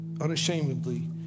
unashamedly